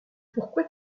pourquoi